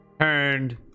turned